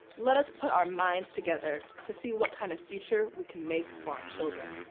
let us put our minds together to see what kind of future we can make for our children.